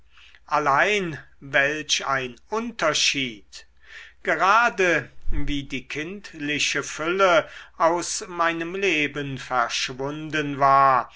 allein welch ein unterschied gerade wie die kindliche fülle aus meinem leben verschwunden war